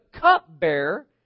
cupbearer